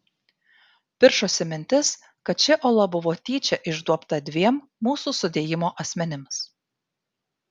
piršosi mintis kad ši ola buvo tyčia išduobta dviem mūsų sudėjimo asmenims